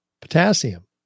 potassium